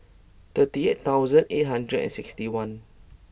thirty eight thousand eight hundred and sixty one